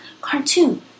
cartoon